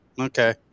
Okay